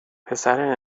پسر